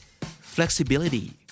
Flexibility